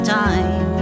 time